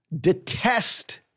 Detest